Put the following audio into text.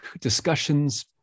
discussions